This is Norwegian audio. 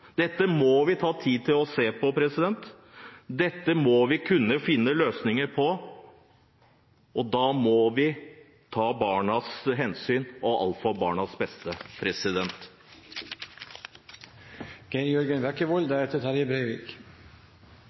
Dette må vi ta oss tid til å se på. Dette må vi kunne finne løsninger på, og da må vi ta hensyn til barna. Alt for barnas beste.